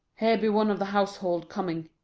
here be one of the household coming.